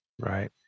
right